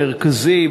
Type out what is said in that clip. מרכזי,